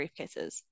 briefcases